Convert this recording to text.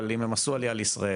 אבל אם הם עשו עלייה לישראל,